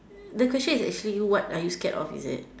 the question is actually what are you scared of is it